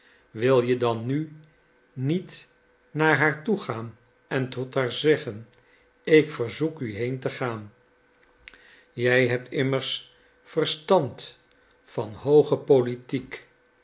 wil je dan nu niet naar haar toegaan en tot haar zeggen ik verzoek u heen te gaan jij hebt immers verstand van hooge politiek